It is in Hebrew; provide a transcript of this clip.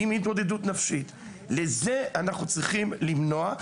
את זה אנחנו צריכים למנוע,